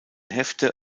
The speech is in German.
hefte